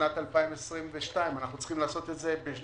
בשנת 2022. אנחנו צריכים לעשות את זה לשיעורין